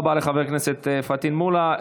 תודה רבה לחבר הכנסת פטין מולא.